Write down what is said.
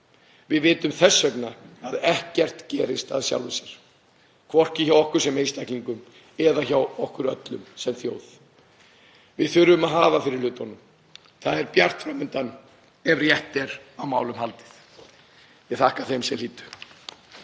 Við vitum þess vegna að ekkert gerist af sjálfu sér, hvorki hjá okkur sem einstaklingum né hjá okkur öllum sem þjóð. Við þurfum að hafa fyrir hlutunum. Það er bjart fram undan ef rétt er á málum haldið. — Ég þakka þeim sem hlýddu.